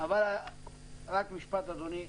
רק עוד משפט, אדוני.